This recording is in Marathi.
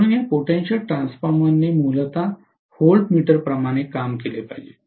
म्हणून या पोटेंशियल ट्रान्सफॉर्मर ने मूलत व्होल्टमीटरप्रमाणे काम केले पाहिजे